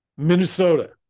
Minnesota